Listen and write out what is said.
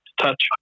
touch